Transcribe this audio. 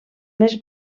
més